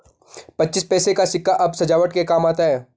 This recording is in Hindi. पच्चीस पैसे का सिक्का अब सजावट के काम आता है